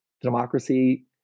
democracy